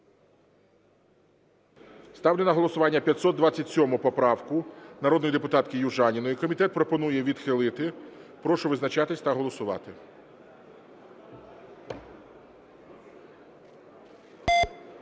Ставлю на голосування 527 поправку народної депутатки Южаніної. Комітет пропонує відхилити. Прошу визначатися та голосувати.